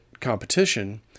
competition